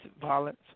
violence